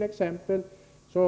Han